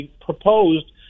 proposed